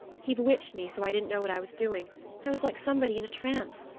he bewitched me so i didn't know what i was doing i was like somebody in a trance.